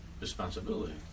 responsibility